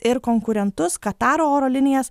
ir konkurentus kataro oro linijas